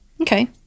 Okay